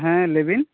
ᱦᱮᱸ ᱞᱟ ᱭᱵᱤᱱ